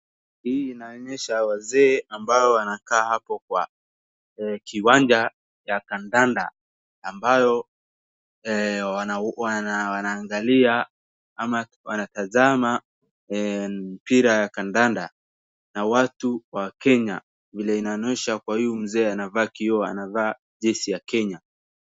Hili inaonyesha wazee wanaokaa hapo kwa kiwanja wa kadanda ambao wanaangalia ama kutazama mpira ya kadanda na watu wa Kenya vile inaonyeshwa huyu mzee amevaa jezi ya Kenya.